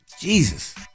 Jesus